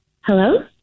Hello